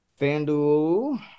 FanDuel